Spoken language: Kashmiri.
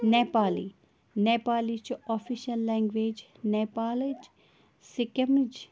نٮ۪پالی نٮ۪پالی چھُ آفِشَل لینٛگویج نٮ۪پالٕچ سِکِمٕچ